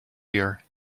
year